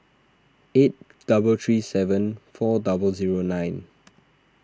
eight double three seven four double zero nine